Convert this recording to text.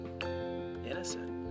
innocent